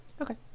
Okay